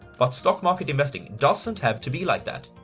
but stock market investing doesn't have to be like that!